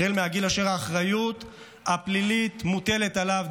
החל מהגיל אשר האחריות הפלילית מוטלת עליו,